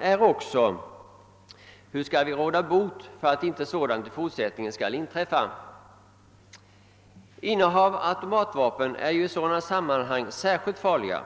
är också hur vi skall kunna förhindra att sådant i fortsättningen inträffar. Innehav av automatvapen är i sådana sammanhang särskilt farliga.